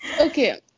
okay